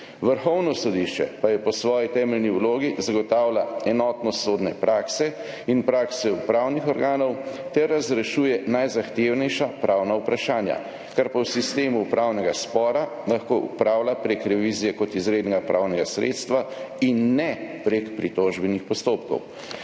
Vrhovno sodišče pa po svoji temeljni vlogi zagotavlja enotnost sodne prakse in prakse upravnih organov ter razrešuje najzahtevnejša pravna vprašanja, kar pa v sistemu upravnega spora lahko opravlja prek revizije kot izrednega pravnega sredstva in ne prek pritožbenih postopkov.